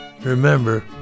Remember